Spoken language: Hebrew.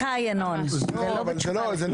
ינון, זאת לא תשובה לך.